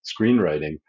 screenwriting